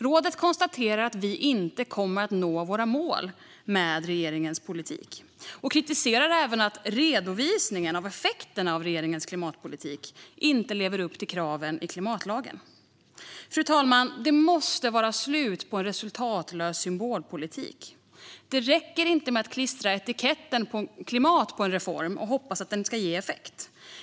Rådet konstaterar att vi inte kommer att nå våra mål med regeringens politik och kritiserar även att redovisningen av effekterna av regeringens klimatpolitik inte lever upp till kraven i klimatlagen. Det måste vara slut på en resultatlös symbolpolitik. Det räcker inte med att klistra etiketten "klimat" på en reform och hoppas att den ska ge effekt.